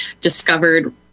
discovered